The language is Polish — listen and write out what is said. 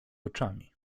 oczami